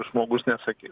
žmogus nesakyt